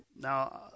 now